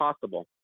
possible